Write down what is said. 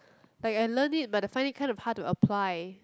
like I learn it but I find it kind of hard to apply